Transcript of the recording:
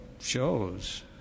shows